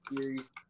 series